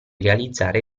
realizzare